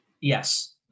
Yes